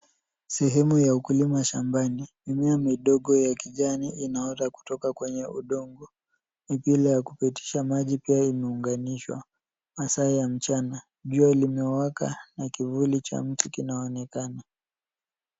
Sehemu ya ukulima shambani. Mimea midogo ya kijani inaota kutoka kwenye udongo. Mipira ya kupitisha maji pia imeunganishwa. Masaa ya mchana, jua limewaka na kivuli cha mti kinaonekana.